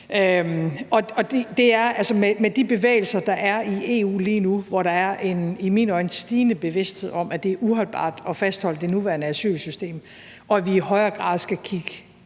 Altså, med de bevægelser, der er i EU lige nu, hvor der er en i mine øjne stigende bevidsthed om, at det er uholdbart at fastholde det nuværende asylsystem, og at vi i højere grad skal kigge